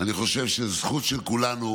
אני חושב שזו זכות של כולנו,